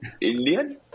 Indian